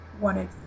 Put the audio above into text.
wanted